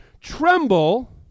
tremble